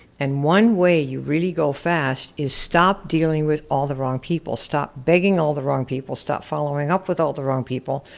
and one way you really go fast is stop dealing with all the wrong people. stop begging all the wrong people, stop following up with all the wrong people.